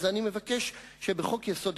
אז אני מבקש שבחוק-יסוד: